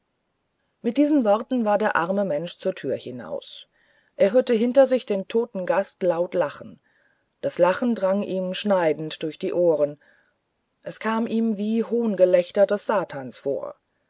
mit diesen worten war der arme mensch zur tür hinaus er hörte hinter sich den toten gast laut lachen das lachen drang ihm schneidend durch die ohren es kam ihm wie hohngelächter des satans vor